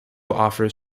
offers